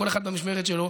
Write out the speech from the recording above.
כל אחד במשמרת שלו.